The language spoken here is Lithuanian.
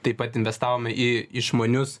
taip pat investavome į išmanius